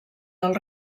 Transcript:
del